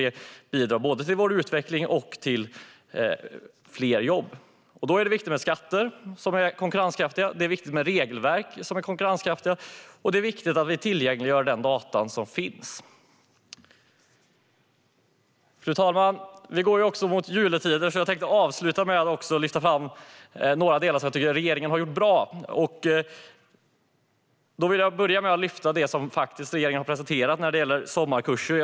Det bidrar nämligen både till vår utveckling och till fler jobb. Där är det viktigt med konkurrenskraftiga skatter, och det är viktigt med konkurrenskraftiga regelverk. Det är också viktigt att vi tillgängliggör de data som finns. Fru talman! Vi går mot juletider, så jag tänkte avsluta med att lyfta fram några delar som jag tycker att regeringen har gjort bra. Jag vill börja med det regeringen har presenterat när det gäller sommarkurser.